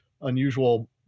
unusual